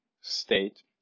state